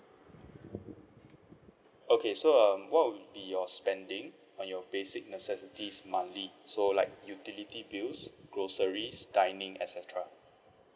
okay so um what would be your spending on your basic necessities monthly so like utility bills groceries dining et cetera